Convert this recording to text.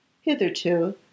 Hitherto